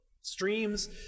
streams